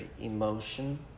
emotion